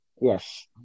Yes